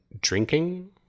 drinking